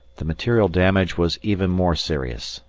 the material damage was even more serious.